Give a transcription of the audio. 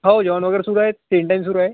हो जेवण वगैरे सुरू आहे तीन टाईम सुरू आहे